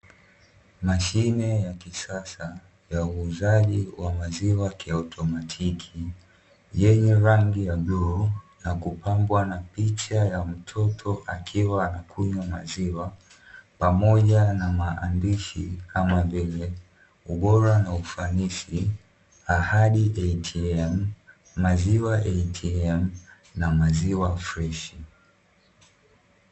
Mashine ya kisasa ya uuzaji wa maziwa kiautomatiki, yenye rangi ya bluu na kupambwa na picha ya mtoto akiwa anakunywa maziwa pamoja na maandishi, kama vile; ubora na ufanisi, ahadi ATM, maziwa ATM na maziwa freshi.